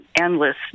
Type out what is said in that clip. endless